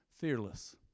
Fearless